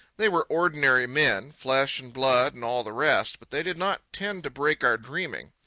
they were ordinary men, flesh and blood and all the rest but they did not tend to break our dreaming.